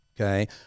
okay